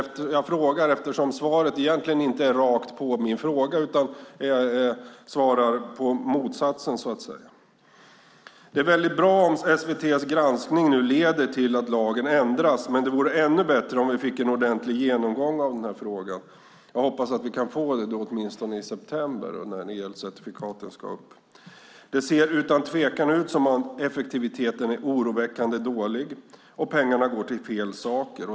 Näringsministern svarar egentligen inte rakt på min fråga, utan svarar på motsatsen, så att säga. Det är väldigt bra om SVT:s granskning nu leder till att lagen ändras, men det vore ännu bättre om vi fick en ordentlig genomgång av den här frågan. Jag hoppas att vi kan få det, åtminstone i september, när elcertifikaten ska upp. Det ser utan tvivel ut som att effektiviteten är oroväckande dålig och att pengarna går till fel saker.